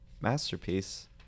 masterpiece